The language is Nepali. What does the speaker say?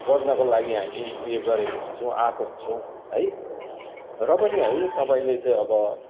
गर्नको लागि हामी ऊ यो गरेको हुन्छौँ आएको हुन्छौँ है र पनि है तपाईँले चाहिँ अब